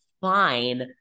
fine